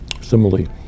similarly